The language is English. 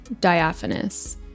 diaphanous